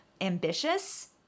ambitious